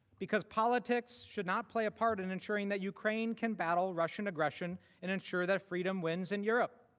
because politics should not play a part in ensuring that ukraine can battle russian aggression and ensure that freedom wins in europe.